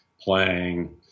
playing